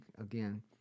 again